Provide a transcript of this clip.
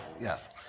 yes